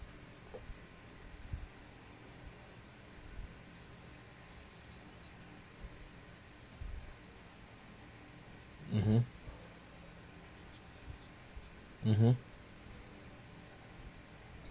mmhmm mmhmm